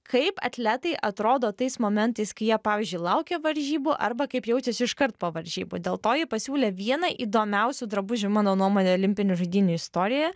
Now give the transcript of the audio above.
kaip atletai atrodo tais momentais kai jie pavyzdžiui laukia varžybų arba kaip jaučiasi iš kart po varžybų dėl to ji pasiūlė vieną įdomiausių drabužių mano nuomone olimpinių žaidynių istorijoje